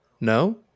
No